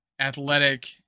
athletic